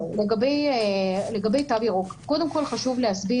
לגבי תו ירוק, קודם כל חשוב להגיד